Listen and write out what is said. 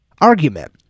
argument